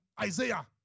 Isaiah